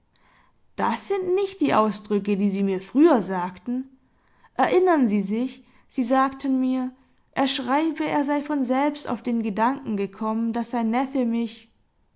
das sind nicht die ausdrücke die sie mir früher sagten erinnern sie sich sie sagten mir er schreibe er sei von selbst auf den gedanken gekommen daß sein neffe mich höllenangst